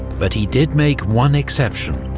but he did make one exception.